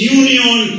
union